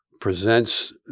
presents